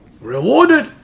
rewarded